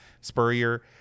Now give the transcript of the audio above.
Spurrier